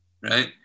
right